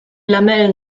lamellen